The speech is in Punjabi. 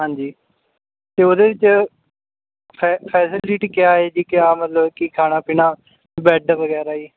ਹਾਂਜੀ ਅਤੇ ਉਹਦੇ 'ਚ ਫੈ ਫੈਸੇਲਿਟੀ ਕਿਆ ਹੈ ਜੀ ਕਿਆ ਮਤਲਬ ਕਿ ਖਾਣਾ ਪੀਣਾ ਬੈੱਡ ਵਗੈਰਾ ਜੀ